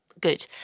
good